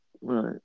Right